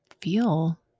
feel